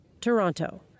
Toronto